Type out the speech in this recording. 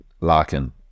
Larkin